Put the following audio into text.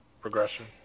progression